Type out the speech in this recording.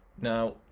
now